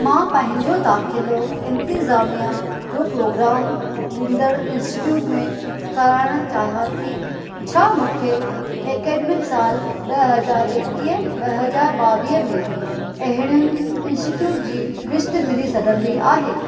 मां पंहिंजो दाख़िलो इंतिज़ामिया जो प्रोग्राम ॾींदड़ु इन्स्टिटयूटु में कराइणु चाहियां थी छा मूंखे ऐकडेमिक साल ब॒ हज़ार एकवीह ब॒ हज़ार बा॒वीह में अहिड़ियुनि इन्स्टिटयूट जी लिस्टु मिली सघिंदी आहे